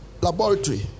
laboratory